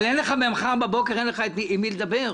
אבל אין לך מחר בבוקר עם מי לדבר.